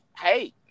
Hey